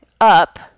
up